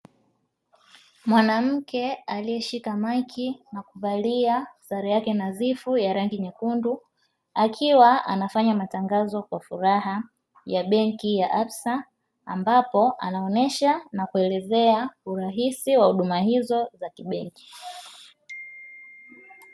Mwanamke aliyeshika maiki na kuvalia sare yake nadhifu ya rangi nyekundu, akiwa anafanya matangazo kwa furaha ya benki ya "absa" ambapo anaonyesha na kuelezea urahisi wa huduma hizo za kibenki.